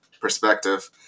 perspective